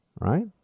Right